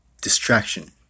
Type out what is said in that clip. distraction